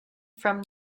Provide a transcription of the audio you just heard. from